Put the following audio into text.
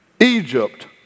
Egypt